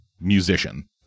Musician